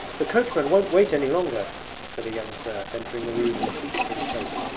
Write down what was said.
the coachman won't wait any longer said a young serf, entering the room in a sheepskin coat,